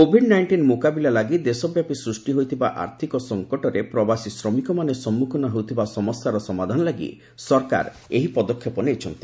Covid nineteen ମୁକାବିଲା ଲାଗି ଦେଶବ୍ୟାପୀ ସୃଷ୍ଟି ହୋଇଥିବା ଆର୍ଥିକ ସଫକଟରେ ପ୍ରବାସୀ ଶ୍ରମିକମାନେ ସମ୍ମୁଖୀନ ହେଉଥିବା ସମସ୍ୟାର ସମାଧାନ ଲାଗି ସରକାର ଏହି ପଦକ୍ଷେପ ନେଇଛନ୍ତି